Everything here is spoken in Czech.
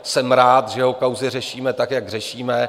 Jsem rád, že jeho kauzy řešíme, tak jak řešíme.